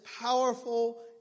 powerful